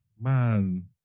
man